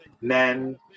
men